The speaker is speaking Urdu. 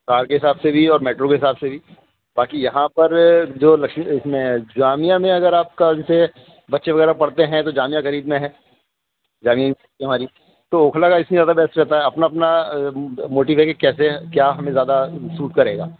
کار کے حساب سے بھی اور میٹرو کے حساب سے بھی باقی یہاں پر جو لکشمی اس میں جامعہ میں اگر آپ کا جیسے بچے وغیرہ پڑھتے ہیں تو جامعہ قریب میں ہے جامعہ ہماری تو اوکھلا کا اس لیے زیادہ بیسٹ رہتا ہے اپنا اپنا موٹیو ہے کہ کیسے کیا ہمیں زیادہ سوٹ کرے گا